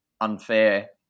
unfair